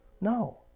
No